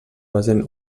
basen